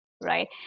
right